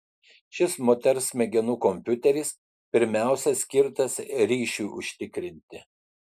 šis moters smegenų kompiuteris pirmiausia skirtas ryšiui užtikrinti